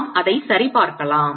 நாம் அதை சரிபார்க்கலாம்